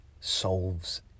solves